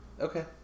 Okay